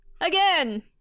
Again